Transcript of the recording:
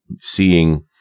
seeing